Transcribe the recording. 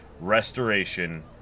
restoration